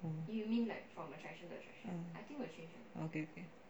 oh okay okay